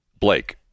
Blake